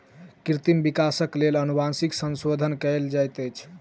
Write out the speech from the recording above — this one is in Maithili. कृत्रिम विकासक लेल अनुवांशिक संशोधन कयल जाइत अछि